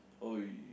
oi